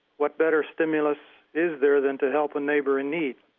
what better stimulus is there than to help a neighbor in need,